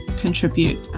contribute